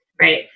right